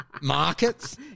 markets